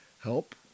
help